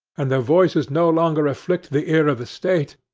and their voices no longer afflict the ear of the state,